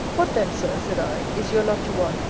what then, sir, said i, is your love to one,